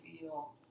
feel